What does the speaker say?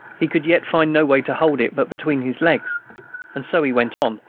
he could yet find no way to hold it but between his legs and so he went on,